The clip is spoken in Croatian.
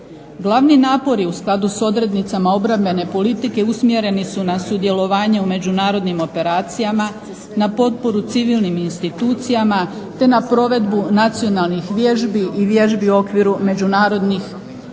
Glavni napori u skladu s odrednicama obrambene politike usmjereni su na sudjelovanje u međunarodnim operacijama, na potporu civilnim institucijama ta na provedbu nacionalnih vježbi i vježbi u okviru međunarodne vojne